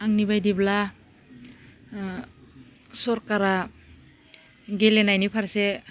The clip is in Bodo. आंनि बायदिब्ला सरकारा गेलेनायनि फारसे